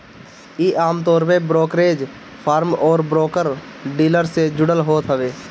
इ आमतौर पे ब्रोकरेज फर्म अउरी ब्रोकर डीलर से जुड़ल होत हवे